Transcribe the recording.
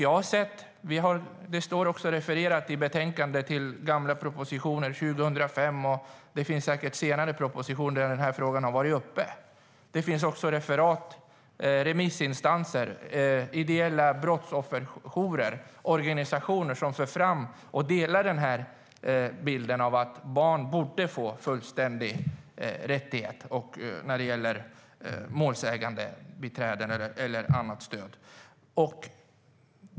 I betänkandet refereras till gamla propositioner från 2005, och det finns säkert senare propositioner där frågan har varit uppe. Det finns också referat från remissinstanser, ideella brottsofferjourer och organisationer som för fram och delar bilden av att barn borde få fullständiga rättigheter när det gäller målsägandebiträden eller annat stöd.